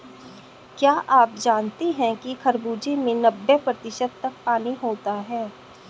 क्या आप जानते हैं कि खरबूजे में नब्बे प्रतिशत तक पानी होता है